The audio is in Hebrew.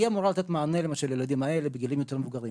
היא אמורה לתת מענה למשל לילדים האלה בגילאים היותר מבוגרים.